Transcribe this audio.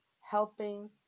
helping